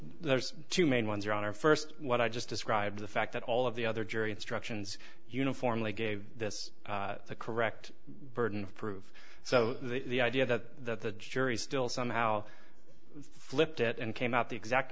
there's two main ones your honor first what i just described the fact that all of the other jury instructions uniformly gave this the correct burden of proof so the idea that the jury's still somehow flipped it and came out the exact